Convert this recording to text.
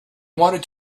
wanted